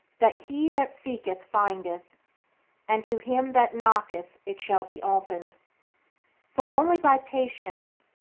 that he that seeketh findeth and to him that knocketh it shall be opened for only by patience,